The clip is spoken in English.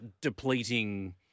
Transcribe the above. depleting